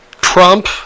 Trump